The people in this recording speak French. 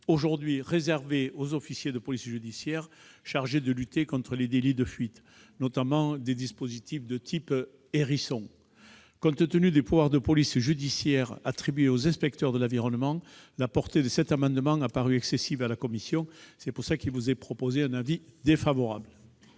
aujourd'hui réservés aux officiers de police judiciaire chargés de lutter contre les délits de fuite, notamment les dispositifs de type « hérisson ». Compte tenu des pouvoirs de police judiciaire attribués aux inspecteurs de l'environnement, la portée de cet amendement a paru excessive à la commission. Avis défavorable.